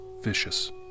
Vicious